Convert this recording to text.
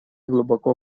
глубоко